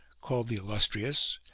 called the illustrious,